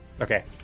Okay